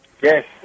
Yes